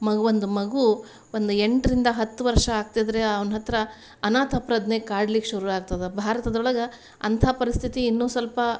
ಮಗು ಒಂದು ಮಗು ಒಂದು ಎಂಟರಿಂದ ಹತ್ತು ವರ್ಷ ಆಗ್ತಿದ್ದರೆ ಅವ್ನ ಹತ್ರ ಅನಾಥ ಪ್ರಜ್ಞೆ ಕಾಡ್ಲಿಕ್ಕೆ ಶುರು ಆಗ್ತದ ಭಾರತದೊಳಗ ಅಂತ ಪರಿಸ್ಥಿತಿ ಇನ್ನು ಸ್ವಲ್ಪ